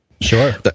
Sure